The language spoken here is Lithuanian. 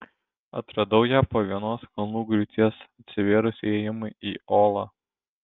atradau ją po vienos kalnų griūties atsivėrus įėjimui į olą